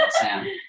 Sam